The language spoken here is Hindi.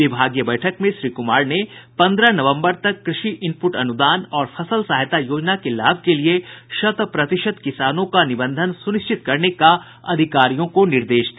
विभागीय बैठक में श्री कुमार ने पन्द्रह नवम्बर तक कृषि इनपुट अनुदान और फसल सहायता योजना के लाभ के लिए शत प्रतिशत किसानों का निबंधन सुनिश्चित करने का अधिकारियों को निर्देश दिया